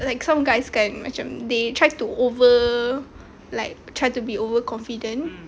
like some guys kan macam them they try to over like try to be overconfident